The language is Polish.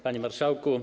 Panie Marszałku!